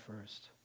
first